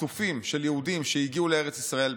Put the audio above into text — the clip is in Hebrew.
טפטופים של יהודים שהגיעו לארץ ישראל.